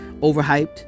overhyped